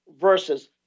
versus